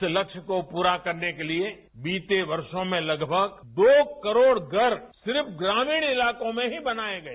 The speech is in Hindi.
इस लक्ष्य को पूरा करने के लिए बीते वर्षो में लगभग दो करोड़ घर सिर्फ ग्रामीण इलाकों में ही बनाये गए